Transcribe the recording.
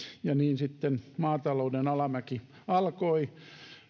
niin sitten maatalouden alamäki alkoi